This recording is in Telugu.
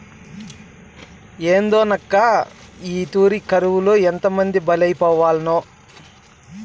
ఏందోనక్కా, ఈ తూరి కరువులో ఎంతమంది బలైపోవాల్నో